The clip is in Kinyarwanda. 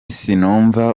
sinumva